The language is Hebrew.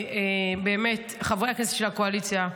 ובאמת לכל חברי הכנסת של הקואליציה: